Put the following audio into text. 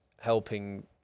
helping